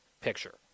picture